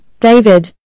David